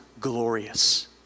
glorious